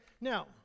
Now